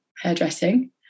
hairdressing